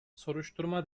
soruşturma